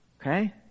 Okay